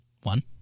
One